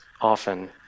often